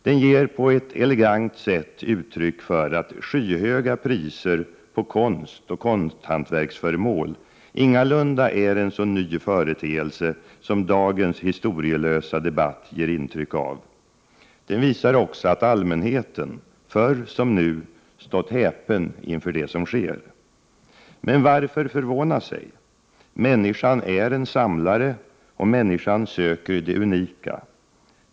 Den ger på ett elegant sätt uttryck för att skyhöga priser på konstoch konsthantverksföremål ingalunda är en så ny företeelse som dagens historielösa debatt ger intryck av. Den visar också att allmänheten — förr som nu — stått häpen inför det som sker. Men varför förvåna sig? Människan är en samlare och människan söker det unika.